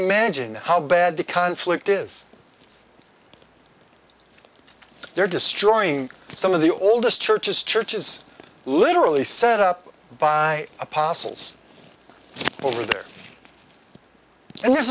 imagine how bad the conflict is they're destroying some of the oldest churches churches literally set up by apostles over there and this